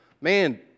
Man